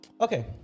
okay